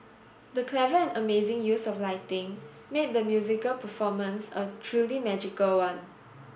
the clever and amazing use of lighting made the musical performance a truly magical one